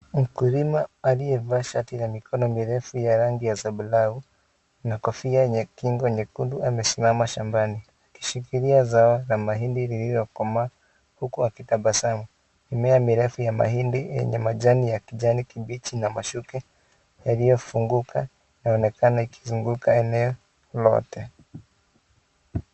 Mkulima aliyevaa shati la mikono mirefu ya rangi ya zambarau na kofia yenye kingo nyekundu amesimama shambani akishikilia zao la mahindi lililokomaa huku akitabasamu mimea mirefu ya mahindi yenye majani ya kijani kibichi na mashuke yaliyofunguka inaonekana ikizunguka eneo lote.